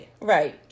right